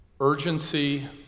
Urgency